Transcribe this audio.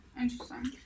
Interesting